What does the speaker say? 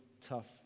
tough